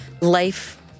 life